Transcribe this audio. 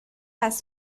pas